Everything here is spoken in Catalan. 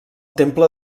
temple